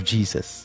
Jesus